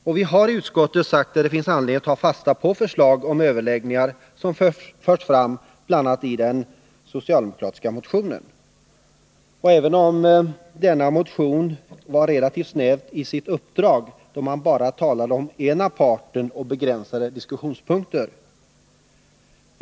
I utskottet har vi sagt att det finns anledning att ta fasta på förslag om överläggningar som förts fram bl.a. i den socialdemokratiska motionen, även om denna motion var relativt snäv i sitt uppdrag, då man bara talade om den ena parten och begränsade diskussionspunkter.